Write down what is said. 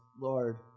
Lord